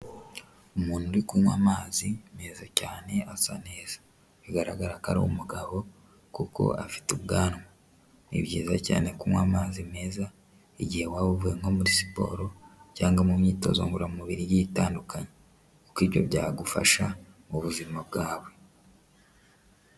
Umuntu uri kunywa amazi meza cyane asa neza, bigaragara ko ari umugabo kuko afite ubwanwa. Ni byiza cyane kunywa amazi meza igihe waba uvuye nko muri siporo cyangwa mu myitozo ngororamubiri igiye itandukanye kuko ibyo byagufasha m'ubuzima bwawe.